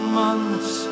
months